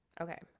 Okay